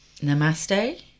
Namaste